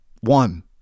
One